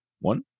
One